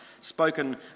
spoken